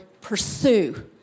pursue